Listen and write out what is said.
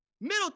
Middle